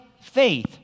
faith